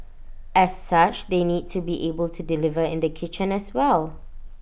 as such they need to be able to deliver in the kitchen as well